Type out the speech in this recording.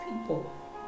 people